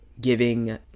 giving